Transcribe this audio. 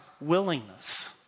willingness